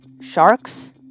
sharks